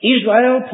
Israel